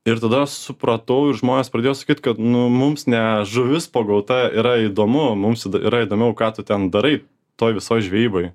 ir tada supratau ir žmonės pradėjo sakyt kad nu mums ne žuvis pagauta yra įdomu mums yra įdomiau ką tu ten darai toj visoj žvejyboj